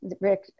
Rick